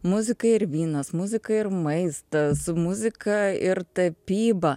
muzika ir vynas muzika ir maistas muzika ir tapyba